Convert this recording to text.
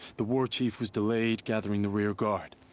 the warchief was delayed gathering the rear guard.